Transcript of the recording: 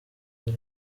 hari